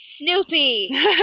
Snoopy